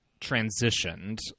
transitioned